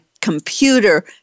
computer